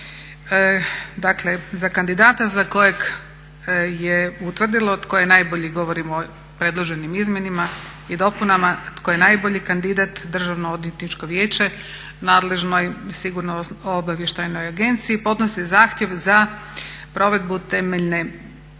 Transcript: Dakle za kandidata za kojeg je utvrdilo tko je najbolji, govorim o predloženim izmjenama i dopunama, tko je najbolji kandidat Državno odvjetničko vijeće nadležno je Sigurnosno-obavještajnoj agenciji podnosi zahtjev za provedbu temeljne